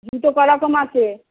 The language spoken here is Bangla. জুতো ক রকম আছে